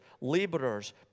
laborers